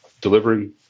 delivering